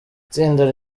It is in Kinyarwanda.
itsinda